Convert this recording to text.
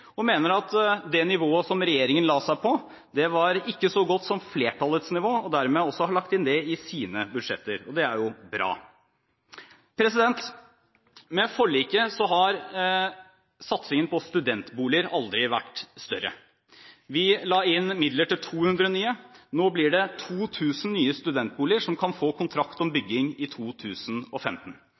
de mener at det nivået som regjeringen la seg på, ikke var så godt som flertallets nivå, og at de dermed også har lagt inn det i sine budsjetter, og det er jo bra. Med forliket har satsingen på studentboliger aldri vært større. Vi la inn midler til 200 nye – nå blir det 2 000 nye studentboliger som kan få kontrakt om bygging i 2015.